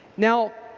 now,